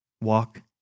walk